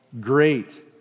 great